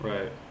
Right